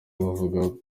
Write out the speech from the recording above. bavuka